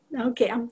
Okay